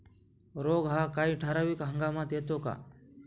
रोग हा काही ठराविक हंगामात येतो का?